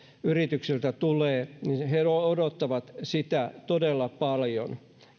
yrityksiltä tulee he odottavat sitä todella paljon